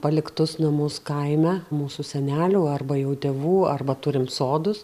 paliktus namus kaime mūsų senelių arba jų tėvų arba turim sodus